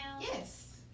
Yes